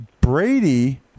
Brady